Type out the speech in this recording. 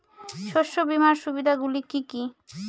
শস্য বীমার সুবিধা গুলি কি কি?